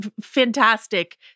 fantastic